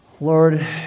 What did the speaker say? Lord